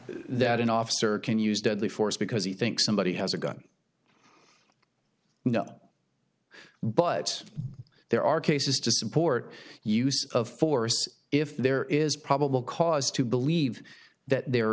that an officer can use deadly force because he thinks somebody has a gun no but there are cases to support use of force if there is probable cause to believe that there